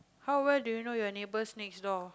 how well do you know your neighbours next door